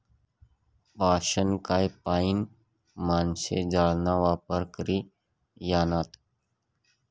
पाषाणकाय पाईन माणशे जाळाना वापर करी ह्रायनात